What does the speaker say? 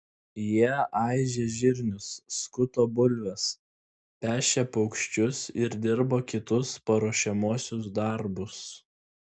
jie aižė žirnius skuto bulves pešė paukščius ir dirbo kitus paruošiamuosius darbus